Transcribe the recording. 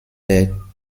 der